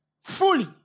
fully